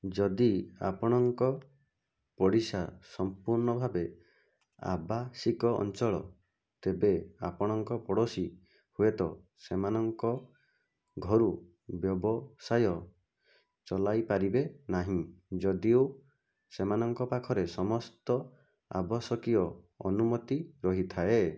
ଯଦି ଆପଣଙ୍କ ପଡ଼ିଶା ସମ୍ପୂର୍ଣ୍ଣ ଭାବେ ଆବାସିକ ଅଞ୍ଚଳ ତେବେ ଆପଣଙ୍କ ପଡ଼ୋଶୀ ହୁଏତ ସେମାନଙ୍କ ଘରୁ ବ୍ୟବସାୟ ଚଲାଇ ପାରିବେ ନାହିଁ ଯଦିଓ ସେମାନଙ୍କ ପାଖରେ ସମସ୍ତ ଆବଶ୍ୟକୀୟ ଅନୁମତି ରହିଥାଏ